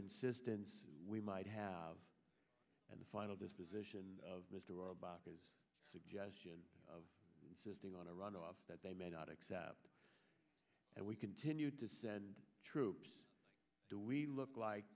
insistence we might have in the final disposition of mr about his suggestion of insisting on a runoff that they may not accept and we continue to send troops do we look like